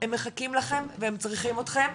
הם מחכים לכם והם צריכים אתכם,